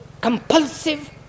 compulsive